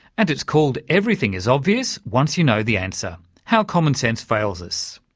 and it's called everything is obvious once you know the answer how common sense fails us.